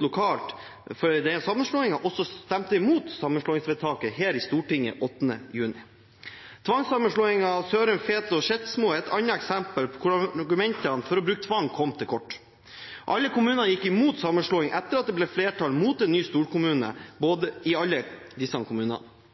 lokalt er sterkt imot sammenslåingen, og også stemte imot dette vedtaket her i Stortinget 8. juni. Tvangssammenslåingen av Sørum, Fet og Skedsmo er et annet eksempel på hvordan argumentene for å bruke tvang kom til kort. Alle kommunene gikk imot sammenslåing – etter at det ble flertall mot en ny storkommune i alle disse kommunene.